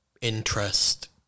interest